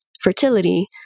fertility